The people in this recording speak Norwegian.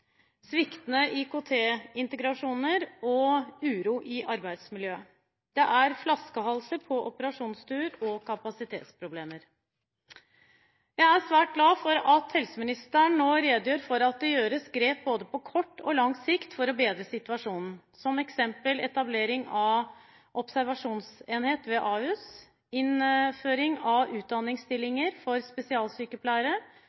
sviktende IKT-integrasjoner og uro i arbeidsmiljøet. Det er flaskehalser på operasjonsstuer og kapasitetsproblemer. Jeg er svært glad for at helseministeren nå redegjør for at det gjøres grep på både kort og lang sikt for å bedre situasjonen, som eksempel etablering av observasjonsenhet ved Ahus, innføring av